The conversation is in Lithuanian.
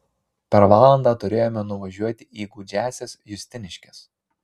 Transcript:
per valandą turėjome nuvažiuoti į gūdžiąsias justiniškes